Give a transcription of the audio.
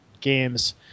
games